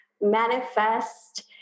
manifest